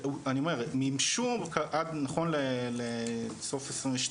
אני אומר מימשו נכון לסוף 22: